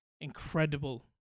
incredible